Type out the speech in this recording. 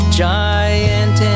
giant